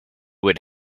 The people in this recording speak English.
would